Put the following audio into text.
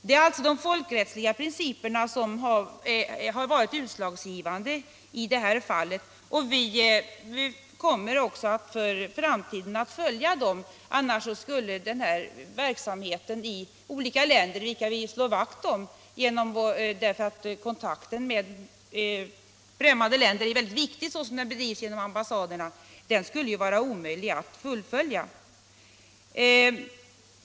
Det är alltså de folkrättsliga principerna som varit utslagsgivande i det här fallet, och vi kommer också i framtiden att följa dem. Annars skulle den här verksamheten i olika länder som vi slår vakt om — därför att kontakten med främmande länder är mycket viktig såsom den bedrivs genom ambassaderna — vara omöjlig att fullfölja.